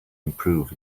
improve